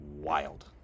wild